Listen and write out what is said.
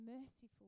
merciful